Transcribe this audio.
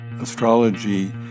astrology